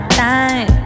time